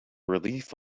relief